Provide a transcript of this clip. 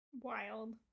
Wild